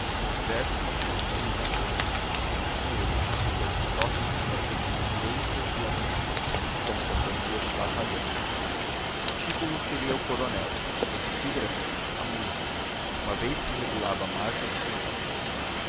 os versos escorriam da pena a rima com eles e as estrofes vinham seguindo direitas e alinhadas como companhias de batalhão o título seria o coronel a epígrafe a música uma vez que regulava a marcha dos pensamentos